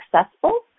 successful